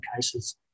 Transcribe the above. cases